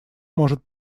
может